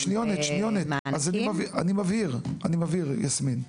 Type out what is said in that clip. אז אני מבהיר יסמין.